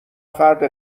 فرد